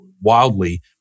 wildly